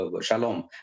Shalom